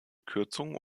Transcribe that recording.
kürzung